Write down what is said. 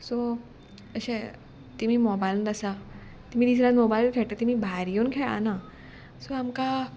so अशें तिमी मोबायलानूत आसा तुमी दीस रान मोबायल खेळटा तुमी भायर येवन खेळना सो आमकां